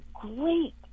great